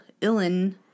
Illin